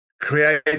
create